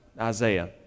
Isaiah